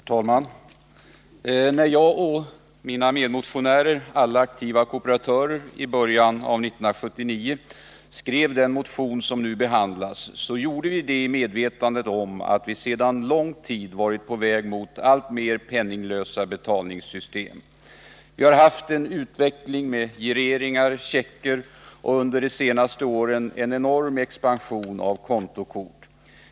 Herr talman! När jag och mina medmotionärer — alla aktiva kooperatörer — i början av 1979 skrev den motion som nu behandlas gjorde vi det i medvetandet om att vi sedan lång tid varit på väg mot alltmer penninglösa betalningssystem. Vi har haft en utveckling med gireringar och checker och under de senaste åren en enorm expansion av kontokort.